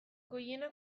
goiena